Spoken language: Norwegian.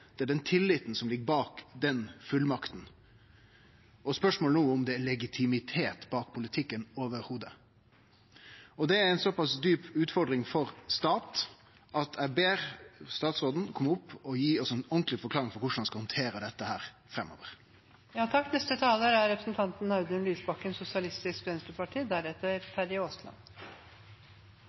det er den tilliten som ligg bak den fullmakta, og spørsmålet no er om det er legitimitet bak politikken i det heile. Det er ei såpass djup utfordring for staten at eg ber statsråden kome opp og gi oss ei ordentleg forklaring på korleis han skal handtere dette